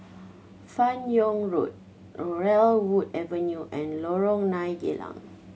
Fan Yoong Road Laurel Wood Avenue and Lorong Nine Geylang